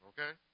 Okay